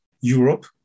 Europe